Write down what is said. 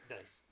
Nice